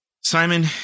Simon